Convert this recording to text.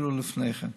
אפילו לפני כן.